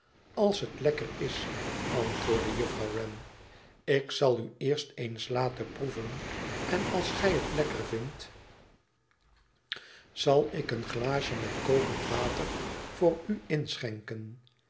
als het lekker is antwoordde juffrouw wren ik zal u eerst eens laten proeven en als gij het lekker vindt zal ik een glaasje met kokend water voor u inschenken